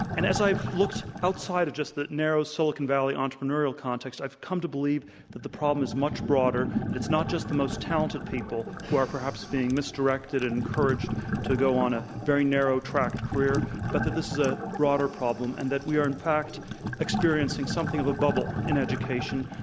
and as i looked outside of just the narrow silicon valley entrepreneurial context i've come to believe that the problem is much broader, it's not just the most talented people who are perhaps being misdirected and encouraged to go on a very narrow tracked career, but that this is a broader problem and that we are in fact experiencing something of a bubble in education,